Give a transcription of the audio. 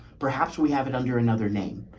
perhaps we have it under another name.